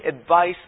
advice